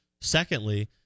Secondly